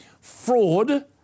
Fraud